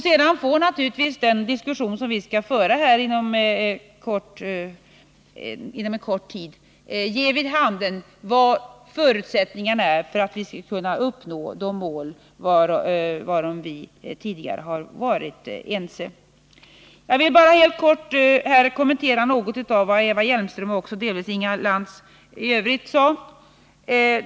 Sedan får naturligtvis den överläggning som vi skall föra inom en kort tid ge vid handen vilken förutsättningen är för att vi skall kunna nå de mål varom vi tidigare varit ense. Jag vill bara helt kort kommentera något av vad Eva Hjelmström och delvis även Inga Lantz i övrigt sade.